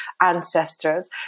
ancestors